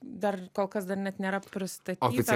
dar kol kas dar net nėra pristatyta